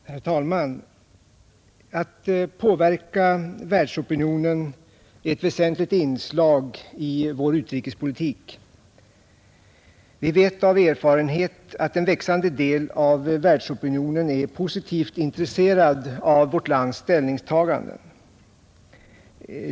Herr talman! Att påverka världsopinionen är ett väsentligt inslag i vår utrikespolitik. Vi vet av erfarenhet att en växande del av världsopinionen är positivt intresserad av vårt lands ställningstaganden.